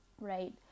right